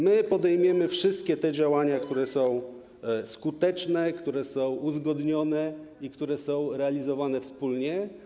My podejmiemy wszystkie działania, które są skuteczne, które są uzgodnione, które są realizowane wspólnie.